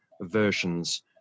versions